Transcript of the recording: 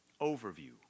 overview